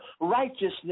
righteousness